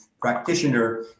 practitioner